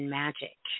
magic